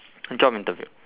job interview